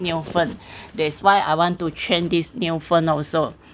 new phone that's why I want to change this new phone also